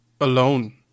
alone